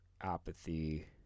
apathy